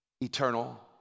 eternal